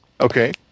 Okay